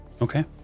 Okay